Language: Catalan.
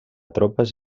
tropes